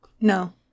No